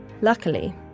Luckily